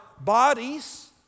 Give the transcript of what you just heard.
bodies